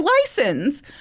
license